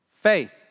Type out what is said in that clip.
faith